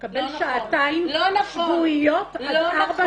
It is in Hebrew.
לא נכון! ---- הוא מקבל שעתיים שבועיות עד ארבע